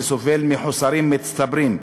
שסובל מחוסרים מצטברים.